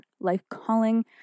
life-calling